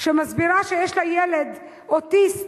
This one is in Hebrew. שמסבירה שיש לה ילד אוטיסט,